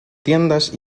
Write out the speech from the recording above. tiendas